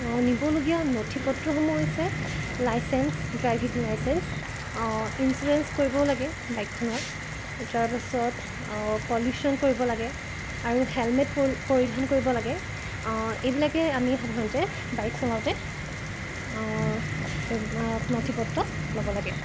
নিবলগীয়া নথিপত্ৰসমূহ হৈছে লাইচেন্স ড্ৰাইভিং লাইচেন্স ইঞ্চুৰেঞ্চ কৰিবও লাগে বাইকখনৰ তাৰপাছত পলিউশ্যন কৰিব লাগে আৰু হেলমেট পৰি পৰিধান কৰিব লাগে এইবিলাকে আমি সাধাৰণতে বাইক চলাওঁতে নথিপত্ৰ ল'ব লাগে